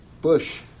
bush